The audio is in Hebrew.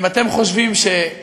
אם אתם חושבים, כן,